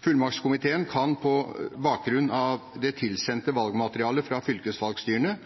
Fullmaktskomiteen kan på bakgrunn av det tilsendte valgmaterialet fra fylkesvalgstyrene